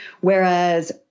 Whereas